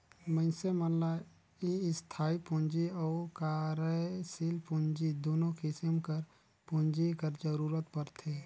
मइनसे मन ल इस्थाई पूंजी अउ कारयसील पूंजी दुनो किसिम कर पूंजी कर जरूरत परथे